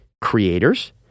creators